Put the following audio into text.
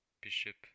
Bishop